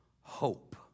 hope